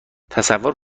تصور